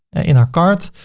in our cart,